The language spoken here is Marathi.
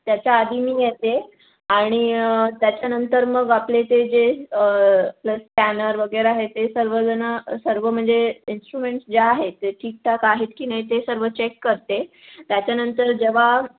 त्याच्या आधी मी येते आणि त्याच्यानंतर मग आपले ते जे स्कॅनर वगैरे हे ते सर्वजणं सर्व म्हणजे इंस्ट्रुमेंट्स जे आहेत ते ठीकठाक आहेत की नाही ते सर्व चेक करते त्याच्यानंतर जेव्हा